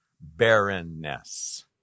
barrenness